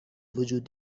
وجود